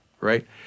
right